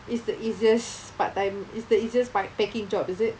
it's the easiest part time it's the easiest pa~ packing job is it